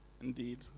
Indeed